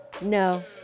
No